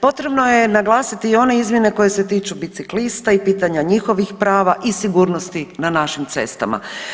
Potrebno je naglasiti i one izmjene koje se tiču biciklista i pitanja njihovih prava i sigurnosti na našim cestama.